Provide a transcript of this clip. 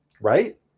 Right